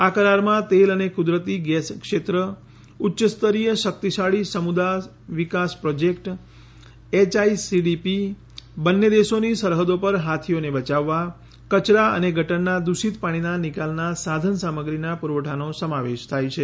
આ કરારમાં તેલ અને કુદરતી ગેસ ક્ષેત્ર ઉચ્ય સ્તરીય શક્તિશાળી સમુદાય વિકાસ પ્રોજેક્ટ એચઆઈસીડીપી બંને દેશોની સરહદો પર હાથીઓને બચાવવા કચરા અને ગટરના દૂષીત પાણીના નિકાલના સાધનસામગ્રીનો પુરવઠાનો સમાવેશ થાય છે